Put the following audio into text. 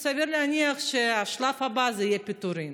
וסביר להניח שהשלב הבא יהיה פיטורים,